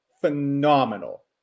phenomenal